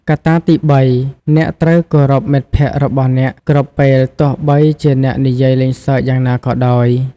កត្តាទីបីគឺអ្នកត្រូវគោរពមិត្តភក្តិរបស់អ្នកគ្រប់ពេលទោះបីជាអ្នកនិយាយលេងសើចយ៉ាងណាក៏ដោយ។